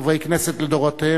חברי כנסת לדורותיהם,